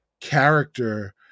character